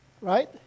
Right